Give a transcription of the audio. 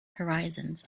horizons